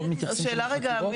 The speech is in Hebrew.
ל-8ד(ב).